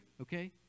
okay